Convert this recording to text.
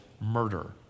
murder